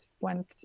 went